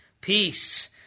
peace